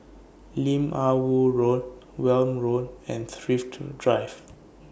Lim Ah Woo Road Welm Road and Thrift Drive